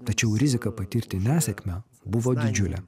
tačiau rizika patirti nesėkmę buvo didžiulė